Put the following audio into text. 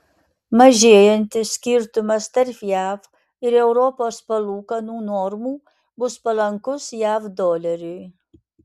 mažėjantis skirtumas tarp jav ir europos palūkanų normų bus palankus jav doleriui